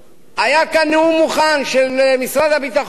היה כאן נאום מוכן של משרד הביטחון